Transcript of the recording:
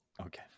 Okay